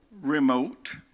remote